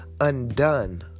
undone